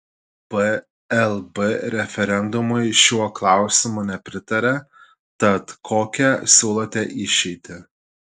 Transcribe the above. plb referendumui šiuo klausimu nepritarė tad kokią siūlote išeitį